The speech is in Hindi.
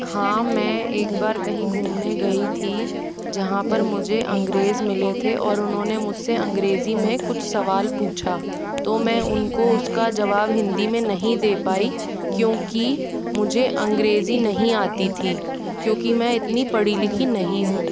हाँ मैं एक बार कहीं घूमने गयी थी जहाँ पर मुझे अंग्रेज मिले थे और उन्होंने मुझसे अंग्रेजी मे कुछ सवाल पूछा तो मैं उनको उसका जवाब हिंदी में नही दे पाई क्योंकि मुझे अंग्रेजी नहीं आती थी क्योंकि मैं इतनी पढ़ी लिखी नही हूँ